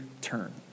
turn